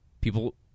People